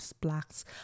blacks